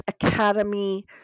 academy